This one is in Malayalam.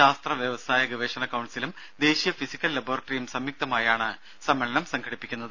ശാസ്ത്ര വ്യവസായ ഗവേഷണ കൌൺസിലും ദേശീയ ഫിസിക്കൽ ലബോറട്ടറിയും സംയുക്തമായാണ് സമ്മേളനം സംഘടിപ്പിക്കുന്നത്